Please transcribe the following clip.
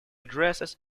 dresses